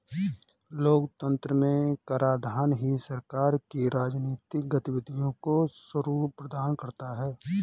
लोकतंत्र में कराधान ही सरकार की राजनीतिक गतिविधियों को स्वरूप प्रदान करता है